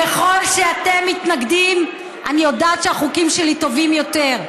ככל שאתם מתנגדים אני יודעת שהחוקים שלי טובים יותר,